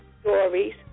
stories